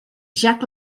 jack